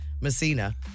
Messina